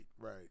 right